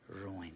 ruined